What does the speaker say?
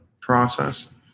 process